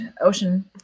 ocean